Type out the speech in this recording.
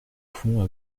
fond